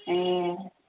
ए